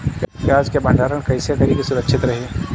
प्याज के भंडारण कइसे करी की सुरक्षित रही?